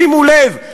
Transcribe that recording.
שימו לב,